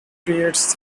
creates